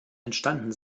entstanden